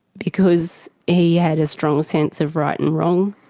because he had a strong sense of right and wrong,